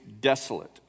desolate